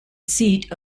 seat